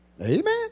Amen